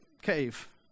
cave